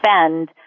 spend